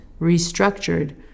restructured